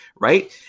right